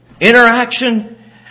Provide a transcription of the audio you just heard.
Interaction